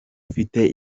ufite